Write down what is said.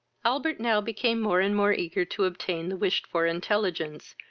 albert now became more and more eager to obtain the wished-for intelligence,